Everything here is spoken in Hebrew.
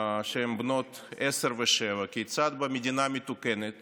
שהן בנות עשר ושבע, כיצד במדינה מתוקנת